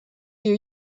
you